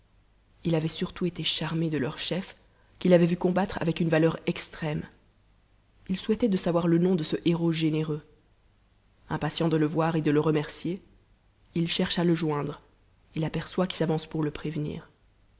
il avait surtout été charmé de leur chef qu'il avait vu combattre avec une valeur extrême il souhaitait de savoir le nom de ce héros généreux impatient de le voir et de le remercier il cherche a e joindre et l'aperçoit qui s'avance pour le prévenir